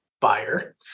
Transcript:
buyer